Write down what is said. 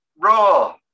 Raw